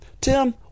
Tim